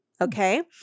Okay